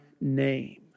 name